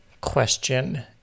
question